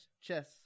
chess